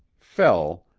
fell,